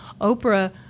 Oprah